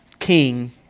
king